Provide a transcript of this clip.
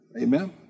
Amen